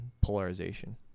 polarization